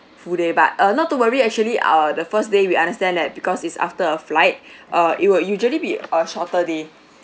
full day but uh not to worry actually err the first day we understand that because it's after flight err it will usually be a shorter day